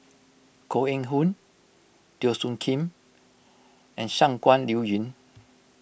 Koh Eng Hoon Teo Soon Kim and Shangguan Liuyun